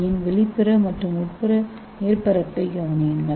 யின் வெளிப்புற மற்றும் உட்புற மேற்பரப்புகளைக் கவனியுங்கள்